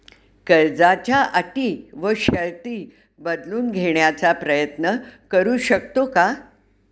कर्जाच्या अटी व शर्ती बदलून घेण्याचा प्रयत्न करू शकतो का?